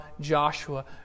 Joshua